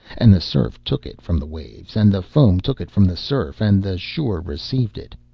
and the surf took it from the waves, and the foam took it from the surf, and the shore received it,